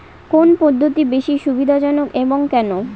কোন পদ্ধতি বেশি সুবিধাজনক এবং কেন?